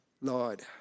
Lord